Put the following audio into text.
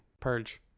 Purge